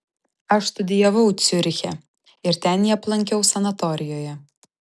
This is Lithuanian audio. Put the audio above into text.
aš studijavau ciuriche ir ten jį aplankiau sanatorijoje